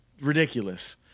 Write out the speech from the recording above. ridiculous